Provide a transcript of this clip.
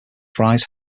fries